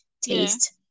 taste